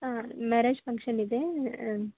ಹಾಂ marriage function ಇದೆ